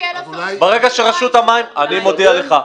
ברגע שרשות המים אני מודיע לך,